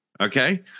Okay